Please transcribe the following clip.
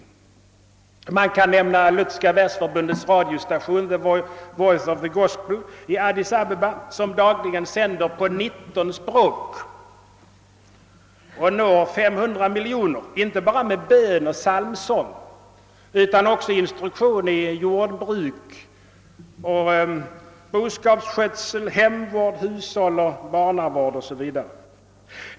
Slutligen kan nämnas Lutherska Världsförbundets radiostation The voice of the gospel i Addis Abeba som dagligen sänder på 19 språk och når 500 miljoner människor inte bara med bön och psalmsång utan också med instruktioner i jordbruk, boskapsskötsel, hemvård, hushåll, barnavård 0. s. v.